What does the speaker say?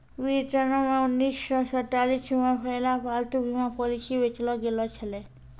ब्रिटेनो मे उन्नीस सौ सैंतालिस मे पहिला पालतू बीमा पॉलिसी बेचलो गैलो छलै